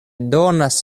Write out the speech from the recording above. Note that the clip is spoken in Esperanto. donas